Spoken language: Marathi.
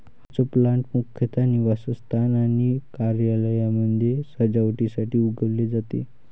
हाऊसप्लांट मुख्यतः निवासस्थान आणि कार्यालयांमध्ये सजावटीसाठी उगवले जाते